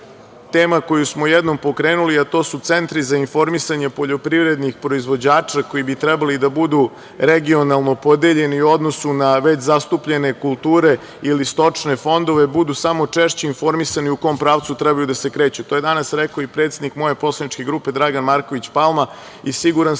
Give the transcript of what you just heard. tema koju smo jednom pokrenuli, a to su centri za informisanje poljoprivrednih proizvođača koji bi trebali da budu regionalno podeljeni u odnosu na već zastupljene kulture ili stočne fondove, budu samo češće informisani u kom pravcu trebaju da se kreću. To je danas rekao i predsednik moje poslaničke grupe Dragan Marković Palma, i siguran sam da